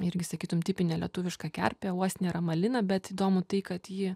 irgi sakytum tipinė lietuviška kerpė uosinė ramalina bet įdomu tai kad ji